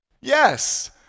Yes